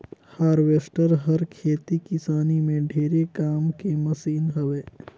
harvester हर खेती किसानी में ढेरे काम के मसीन हवे